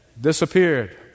disappeared